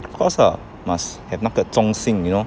of course lah must have 那个忠心 you know